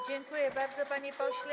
Dziękuję bardzo, panie pośle.